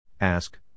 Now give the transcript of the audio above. Ask